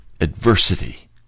adversity